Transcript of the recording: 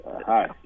Hi